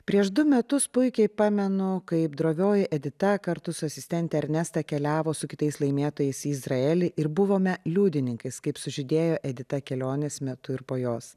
prieš du metus puikiai pamenu kaip drovioji edita kartu su asistente ernesta keliavo su kitais laimėtojais į izraelį ir buvome liudininkais kaip sužydėjo edita kelionės metu ir po jos